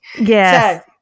Yes